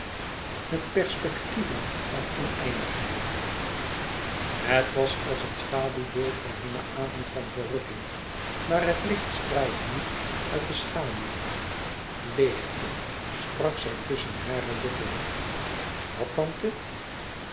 met perspectieven van oneindigheid het was als een schaduwbeeld van hunnen avond van verrukking maar het licht straalde niet uit die schaduw leêgte sprak zij tusschen hare lippen wat tante